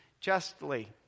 justly